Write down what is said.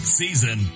season